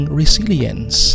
resilience